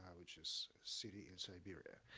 which is city in siberia.